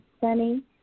Sunny